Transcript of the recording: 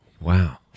Wow